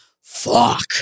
fuck